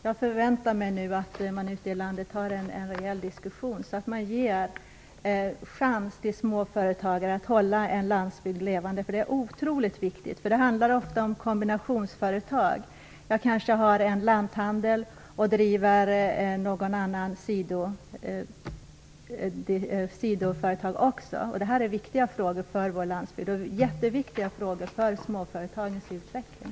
Jag förväntar mig nu att man ute i landet tar en rejäl diskussion så att man ger småföretagen chansen att hålla landsbygden levande. Det är otroligt viktigt. Det handlar ofta om kombinationsföretag. Man kanske har en lanthandel och driver också något annat sidoföretag. Det är viktiga frågor för vår landsbygd, och det är mycket viktiga frågor för småföretagens utveckling.